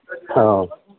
ꯑꯧ